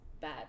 bad